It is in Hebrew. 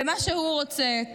ומה שהוא רוצה,